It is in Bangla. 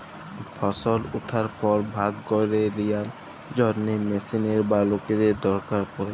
ফসল উঠার পর ভাগ ক্যইরে লিয়ার জ্যনহে মেশিলের বা লকদের দরকার পড়ে